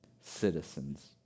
citizens